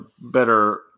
better